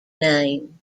name